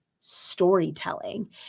storytelling